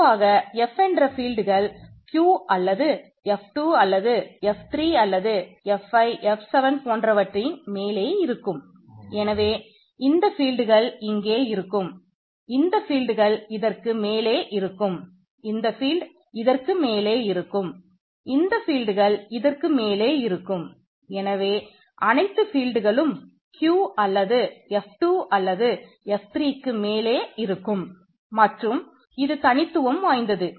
பொதுவாக F என்கிற ஃபீல்ட்கள் Q அல்லது F2 அல்லது F3க்கு மேலே இருக்கும் மற்றும் இது தனித்துவம் வாய்ந்தது